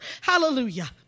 hallelujah